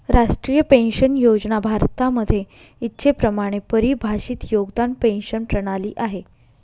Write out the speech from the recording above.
राष्ट्रीय पेन्शन योजना भारतामध्ये इच्छेप्रमाणे परिभाषित योगदान पेंशन प्रणाली आहे